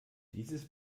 dieses